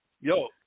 Yo